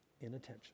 Inattention